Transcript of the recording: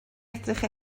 edrych